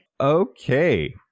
okay